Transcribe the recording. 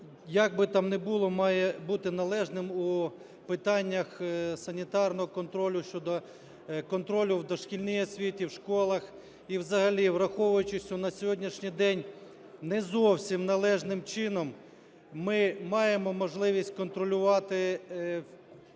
як би там не було, має бути належним у питаннях санітарного контролю щодо контролю в дошкільній освіті, в школах. І взагалі, враховуючи, що на сьогоднішній день не зовсім належним чином ми маємо можливість контролювати весь